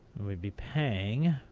we'd be paying,